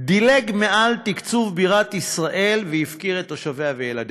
דילג מעל תקצוב בירת ישראל והפקיר את תושביה וילדיה.